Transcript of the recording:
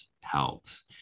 helps